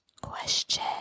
question